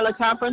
teleconference